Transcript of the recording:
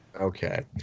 Okay